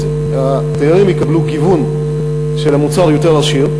ירוויחו: התיירים יקבלו גיוון של מוצר יותר עשיר,